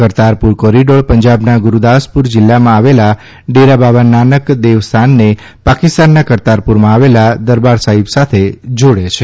Kartarpur corridor પંજાબના ગુરૂદાસપુર જિલ્લામાં આવેલા ડેરા બાબા નાનક દેવસ્થાનને પાકિસ્તાનના કરતારપુરમાં આવેલા દરબારસાહિબ સાથે જાડે છે